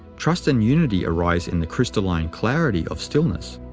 trust and unity arise in the crystalline clarity of stillness.